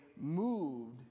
moved